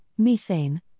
methane